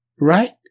Right